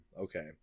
Okay